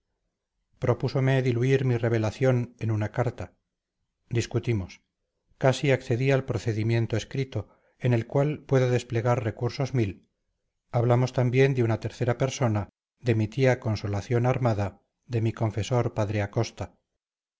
suicida propúsome diluir mi revelación en una carta discutimos casi accedí al procedimiento escrito en el cual puedo desplegar recursos mil hablamos también de una tercera persona de mi tía consolación armada de mi confesor padre acosta